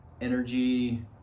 energy